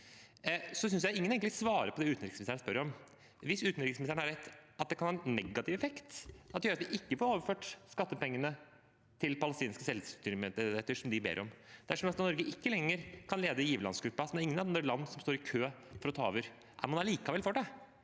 Jeg synes egentlig ingen svarer på det utenriksministeren spør om. Hvis utenriksministeren har rett i at det kan ha negativ effekt – dersom man ikke får overført skattepengene til palestinske selvstyremyndigheter, som de ber om, dersom Norge ikke lenger kan lede giverlandsgruppen, som det ikke er noen andre land som står i kø for å ta over – er man allikevel for det?